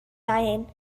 sein